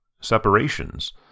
separations